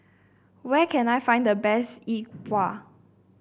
where can I find the best Yi Bua